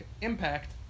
impact